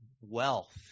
wealth